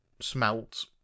smelt